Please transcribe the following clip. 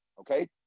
okay